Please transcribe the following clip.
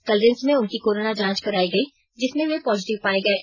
कल रिम्स में उनकी कोरोना जांच करायी गयी जिसमें वे पॉजिटिव पाये गये